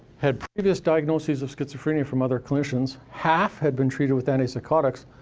had previous diagnoses of schizophrenia from other clinicians, half had been treated with antipsychotics,